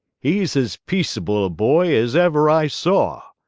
he's as peaceable a boy as ever i saw,